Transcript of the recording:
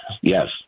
yes